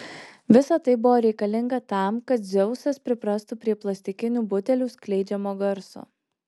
visa tai buvo reikalinga tam kad dzeusas priprastų prie plastikinių butelių skleidžiamo garso